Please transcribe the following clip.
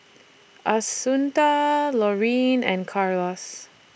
Assunta Laurene and Carlos